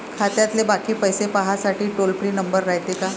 खात्यातले बाकी पैसे पाहासाठी टोल फ्री नंबर रायते का?